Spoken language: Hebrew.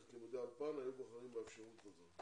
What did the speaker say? את לימודי האולפן היו בוחרים באפשרות הזאת,